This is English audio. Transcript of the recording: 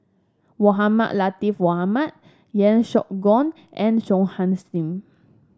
Mohamed Latiff Mohamed Yeo Siak Goon and Singh